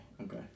okay